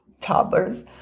toddlers